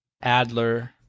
Adler